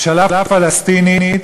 ממשלה פלסטינית